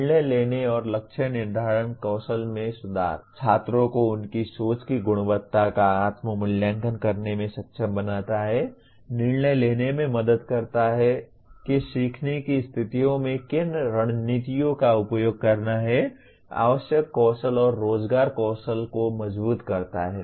निर्णय लेने और लक्ष्य निर्धारण कौशल में सुधार छात्रों को उनकी सोच की गुणवत्ता का आत्म मूल्यांकन करने में सक्षम बनाता है निर्णय लेने में मदद करता है कि सीखने की स्थितियों में किन रणनीतियों का उपयोग करना है आवश्यक कौशल और रोजगार कौशल को मजबूत करता है